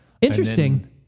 Interesting